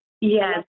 Yes